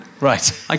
Right